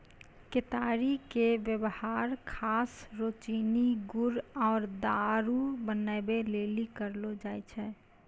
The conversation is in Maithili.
केतारी के वेवहार खास रो चीनी गुड़ आरु दारु बनबै लेली करलो जाय छै